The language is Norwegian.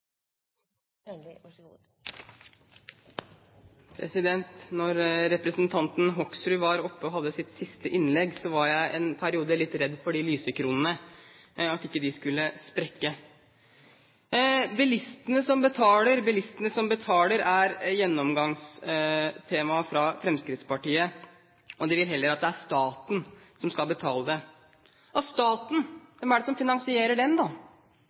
til veiene. Så her kan man vel snakke om å lage røverhistorier under debatten i denne saken. Da representanten Hoksrud var oppe og hadde sitt siste innlegg, var jeg en periode litt redd for at lysekronene skulle sprekke. Bilistene betaler, bilistene betaler, er gjennomgangstemaet fra Fremskrittspartiet. De vil heller at staten skal betale. Og staten – hvem er det som finansierer den,